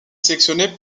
sélectionné